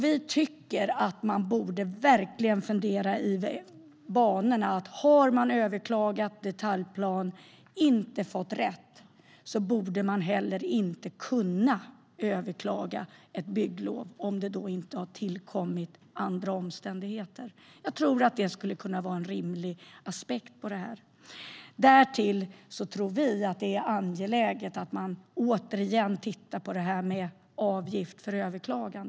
Vi tycker att man verkligen borde fundera i banorna att den som har överklagat en detaljplan och inte fått rätt inte borde kunna överklaga ett bygglov, om det inte har tillkommit andra omständigheter. Jag tycker att det skulle kunna vara en rimlig aspekt. Därtill tycker vi att det är angeläget att man återigen tittar på detta med avgifter och överklaganden.